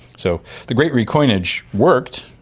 so the great recoinage worked,